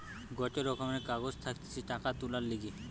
গটে রকমের কাগজ থাকতিছে টাকা তুলার লিগে